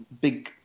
big